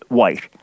white